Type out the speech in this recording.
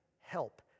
help